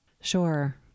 sure